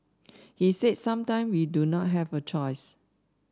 he said sometime we do not have a choice